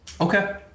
Okay